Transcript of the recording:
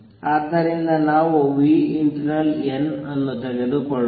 ಆದ್ದರಿಂದ ನಾವು internal n ಅನ್ನು ತೆಗೆದುಕೊಳ್ಳೋಣ